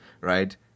right